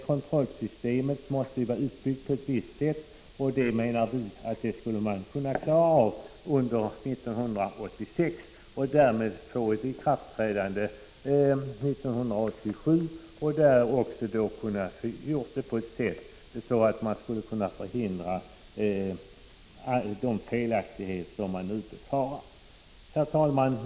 Kontrollsystemet måste vara utbyggt på ett visst sätt, och vi menar att man borde klara av detta under 1986 och därmed få ett ikraftträdande 1987. På det sättet skulle man förhindra de felaktigheter som man nu kan befara. Herr talman!